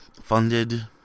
funded